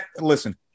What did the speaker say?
Listen